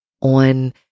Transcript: on